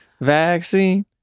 Vaccine